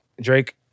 Drake